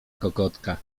kokotka